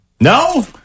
No